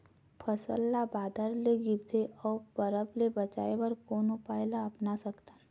फसल ला बादर ले गिरथे ओ बरफ ले बचाए बर कोन उपाय ला अपना सकथन?